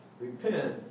Repent